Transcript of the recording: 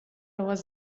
was